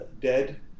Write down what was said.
dead